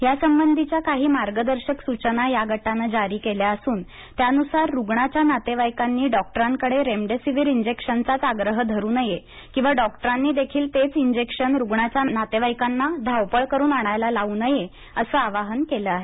यासंबंधीच्या काही मार्गदर्शक सुचना या गटानं जारी केल्या असून त्यानुसार रुग्णाच्या नातेवाईकांनी डॉक्टरांकडे रेमडेसिव्हिर इंजेक्शनचाच आग्रह धरू नये किंवा डॉक्टरांनी देखील रेमडेसिव्हिर साठी रुग्णाच्या नातेवाईकांना धावपळ करायला लावू नये असं आवाहन केलं आहे